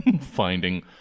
finding